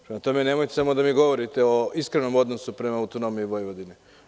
Prema tome, nemojte samo da mi govorite o iskrenom odnosu prema autonomiji Vojvodine.